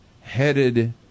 headed